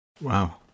Wow